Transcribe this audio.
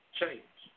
change